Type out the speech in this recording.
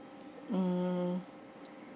mm